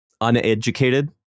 uneducated